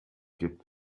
gibt